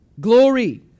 glory